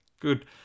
Good